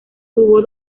tuvo